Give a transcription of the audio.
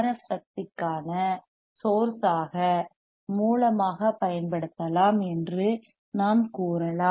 F RF சக்திக்கான source ஆகப் பயன்படுத்தலாம் என்று நாம் கூறலாம்